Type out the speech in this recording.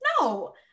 no